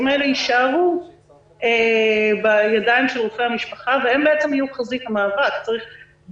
האלה יישאר בידיים של רופאי המשפחה והם בעצם יהיו חזית המאבק בקורונה.